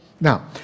Now